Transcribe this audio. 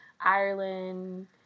Ireland